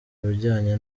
bijyanye